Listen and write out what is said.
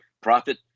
profit